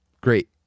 Great